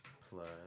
plus